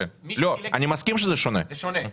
אני מסכים שזה שונה.